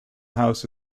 house